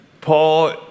Paul